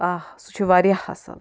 آہ سُہ چھُ واریاہ اصل